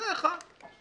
זה אחד.